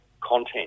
content